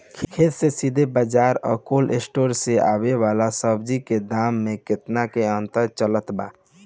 खेत से सीधा बाज़ार आ कोल्ड स्टोर से आवे वाला सब्जी के दाम में केतना के अंतर चलत बा?